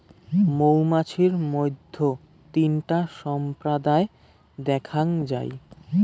মৌমাছির মইধ্যে তিনটা সম্প্রদায় দ্যাখাঙ যাই